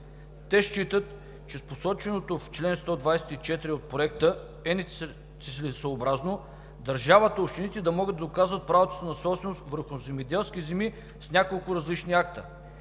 Те считат, че с посоченото в чл. 124 от Проекта е нецелесъобразно държавата и общините да могат да доказват правото си на собственост върху земеделски земи с няколко различни акта.